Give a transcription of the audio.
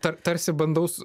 tarsi bandos